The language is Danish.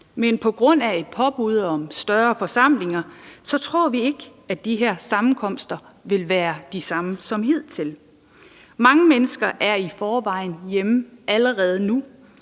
men på grund af et påbud mod større forsamlinger tror vi ikke at de her sammenkomster vil være de samme som hidtil. Mange mennesker er i forvejen hjemme allerede nu,